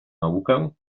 naukę